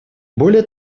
более